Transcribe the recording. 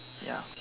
ya